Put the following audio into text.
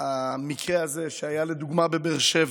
המקרה שהיה לדוגמה בבאר שבע,